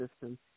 system